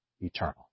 eternal